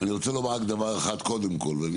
אני רוצה לומר רק דבר אחד קודם כל ואני